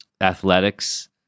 athletics